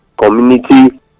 community